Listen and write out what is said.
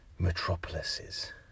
metropolises